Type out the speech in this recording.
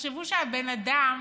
תחשבו שהבן אדם